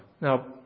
Now